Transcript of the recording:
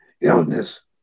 illness